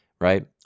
right